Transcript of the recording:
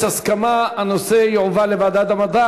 יש הסכמה: הנושא יועבר לוועדת המדע.